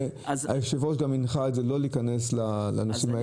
היושב-ראש גם הנחה לא להיכנס לנושאים האלה.